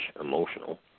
emotional